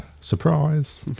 surprise